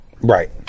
Right